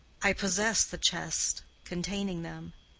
i possess the chest containing them,